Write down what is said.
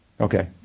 Okay